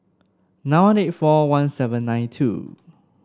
nine one eight four one seven nine two